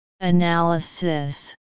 Analysis